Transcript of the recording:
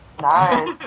Nice